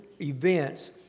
events